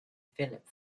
philip